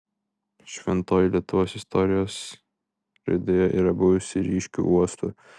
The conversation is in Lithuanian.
šventoji lietuvos istorijos raidoje yra buvusi ryškiu uostu